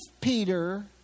Peter